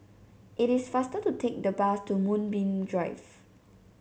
it is faster to take the bus to Moonbeam Drive